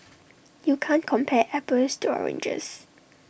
you can't compare apples to oranges